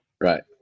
right